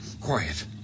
quiet